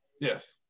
Yes